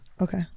okay